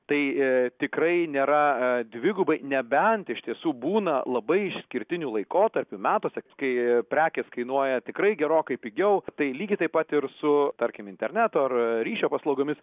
tai tikrai nėra dvigubai nebent iš tiesų būna labai išskirtinių laikotarpių metuose kai prekės kainuoja tikrai gerokai pigiau tai lygiai taip pat ir su tarkim interneto ar ryšio paslaugomis